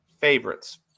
favorites